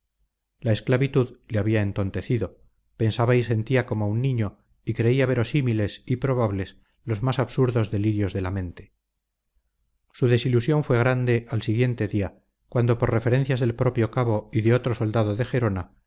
la esclavitud le había entontecido pensaba y sentía como un niño y creía verosímiles y probables los más absurdos delirios de la mente su desilusión fue grande al siguiente día cuando por referencias del propio cabo y de otro soldado de gerona